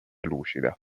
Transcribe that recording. lucida